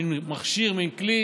זה מין מכשיר, מין כלי